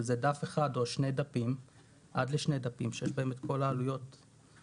שזה דף אחד או שני דפים שיש בהם כל העלויות העיקריות,